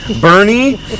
Bernie